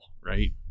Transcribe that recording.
right